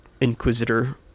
Inquisitor